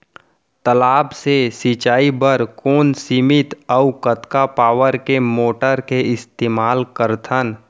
तालाब से सिंचाई बर कोन सीमित अऊ कतका पावर के मोटर के इस्तेमाल करथन?